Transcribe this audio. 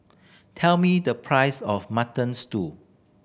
tell me the price of Mutton Stew